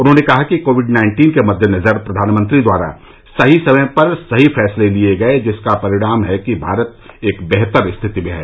उन्होंने कहा कि कोविड नाइन्टीन के मद्देनजर प्रधानमंत्री द्वारा सही समय पर सही फैसले लिये गये जिसका परिणाम है कि भारत एक बेहतर स्थिति में हैं